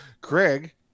Craig